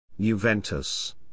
Juventus